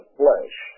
flesh